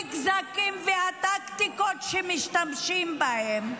בכל הזיגזגים והטקטיקות שמשתמשים בהם,